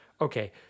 Okay